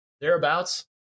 thereabouts